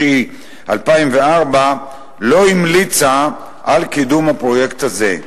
בספטמבר 2004 לא המליצה על קידום הפרויקט הזה.